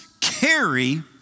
carry